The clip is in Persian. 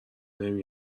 نمی